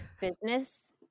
business